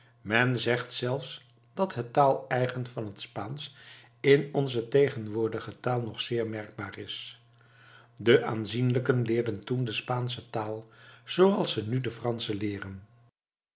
men zegt zelfs dat het taaleigen van het spaansch in onze tegenwoordige taal nog zeer merkbaar is de aanzienlijken leerden toen de spaansche taal zooals ze nu de fransche leeren